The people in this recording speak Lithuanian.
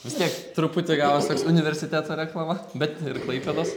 vis tiek truputį gavos toks universiteto reklama bet ir klaipėdos